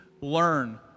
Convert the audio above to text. learn